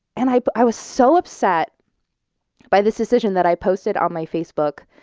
and i i was so upset by this decision that i posted on my facebook,